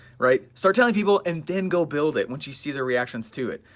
right, start telling people and then go build it once you see their reactions to it,